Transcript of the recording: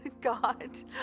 God